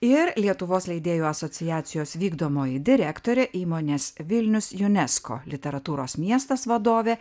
ir lietuvos leidėjų asociacijos vykdomoji direktorė įmonės vilnius unesco literatūros miestas vadovė